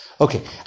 Okay